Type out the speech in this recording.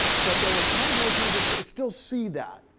but there were times in which he would just still see that.